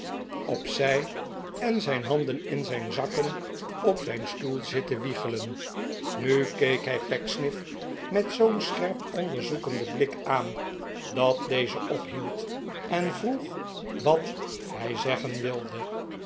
op zij en zijn handen in zijn zakken op zijn stoel zitten wiegelen nu keek hij pecksniff met zoo'n scherp onderzoekenden blik aan dat deze ophield en vroeg wat hij zeggen wilde